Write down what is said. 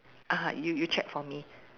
ah you you check for me